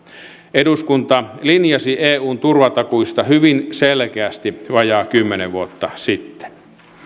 eduskunta linjasi eun turvatakuista hyvin selkeästi vajaa kymmenen vuotta sitten